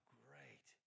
great